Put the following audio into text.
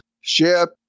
ship